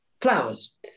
flowers